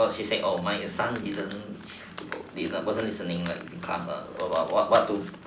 she said my son wasn't listening in class about what to